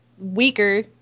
weaker